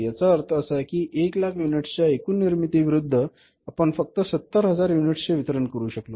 याचा अर्थ असा की 1 लाख युनिट्सच्या एकूण निर्मिती विरूद्ध आपण फक्त 70000 युनिट्सचे वितरण करू शकलो